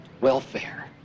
welfare